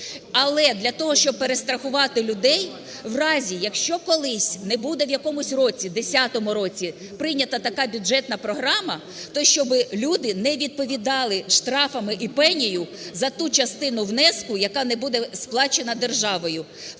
Але для того, щоб перестрахувати людей, в разі, якщо колись не буде в якомусь році, десятому році, прийнята така бюджетна програма, то щоб люди не відповідали штрафами і пенею за ту частину внеску, яка не буде сплачена державою.